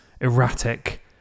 erratic